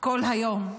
כל היום,